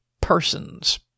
persons